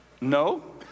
no